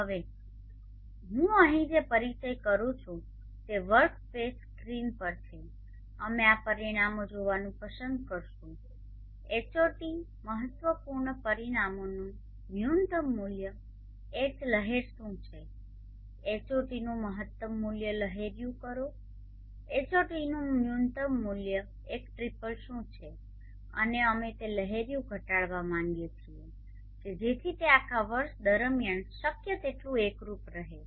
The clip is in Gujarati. હવે હું અહીં જે પરિચય કરું છું તે વર્કસ્પેસ સ્ક્રીન પર છે અમે આ પરિમાણો જોવાનું પસંદ કરીશું Hot Hot મહત્વપૂર્ણ પરિમાણોનું ન્યુનત્તમ મૂલ્ય એચ લહેર શું છે Hot નું મહત્તમ મૂલ્ય લહેરિયું કરો Hot નું ન્યૂનતમ મૂલ્ય એક ટ્રિપલ શું છે અને અમે તે લહેરિયું ઘટાડવા માગીએ છીએ કે જેથી તે આખા વર્ષ દરમિયાન શક્ય તેટલું એકરૂપ રહે